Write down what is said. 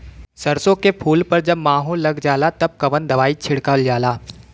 सरसो के फूल पर जब माहो लग जाला तब कवन दवाई छिड़कल जाला?